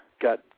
got